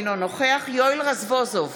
אינו נוכח יואל רזבוזוב,